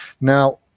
Now